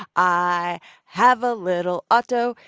i have a little auto.